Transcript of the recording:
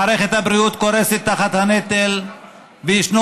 מערכת הבריאות קורסת תחת הנטל וישנו